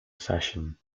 session